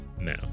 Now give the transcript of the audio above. now